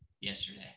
yesterday